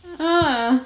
ah